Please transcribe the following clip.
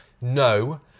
No